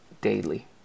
daily